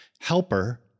helper